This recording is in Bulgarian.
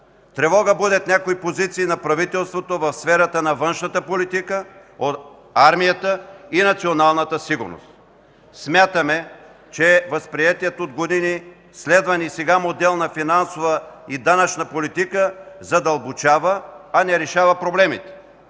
Тревога будят някои позиции на правителството в сферата на външната политика, армията и националната сигурност. Смятаме, че възприетият от години, следван и сега модел на финансова и данъчна политика задълбочава, а не решава проблемите;